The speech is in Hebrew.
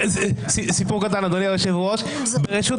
כבוד היושב-ראש, סיפור קטן